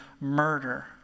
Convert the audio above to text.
murder